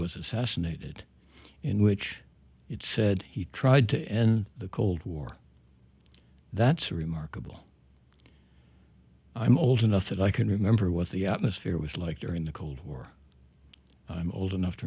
was assassinated in which it said he tried to end the cold war that's remarkable i'm old enough that i can remember what the atmosphere was like during the cold war i'm old enough to